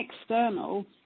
external